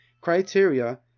criteria